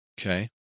Okay